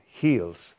heals